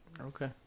Okay